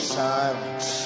silence